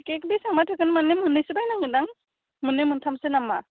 cake बेसेबांबा थोगोन माने मोन्नैसो रान्नांगोनदां मोन्नै मोन्थामसो नामा